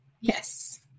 Yes